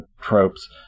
tropes